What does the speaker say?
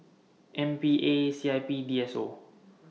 M P A C I P D S O